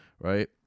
right